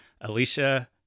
Alicia